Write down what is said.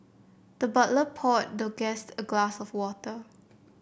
the butler poured the guest a glass of water